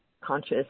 conscious